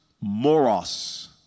moros